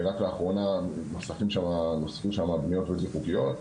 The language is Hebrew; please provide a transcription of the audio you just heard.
רק לאחרונה נוספו שם בניות בלתי חוקיות,